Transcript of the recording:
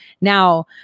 Now